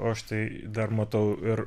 o aš tai dar matau ir